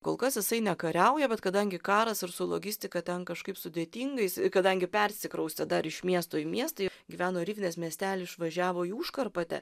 kol kas jisai nekariauja bet kadangi karas ir su logistika ten kažkaip sudėtingai kadangi persikraustė dar iš miesto į miestą gyveno rivnės miestely išvažiavo į užkarpatę